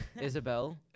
Isabel